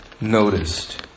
noticed